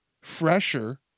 fresher